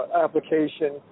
application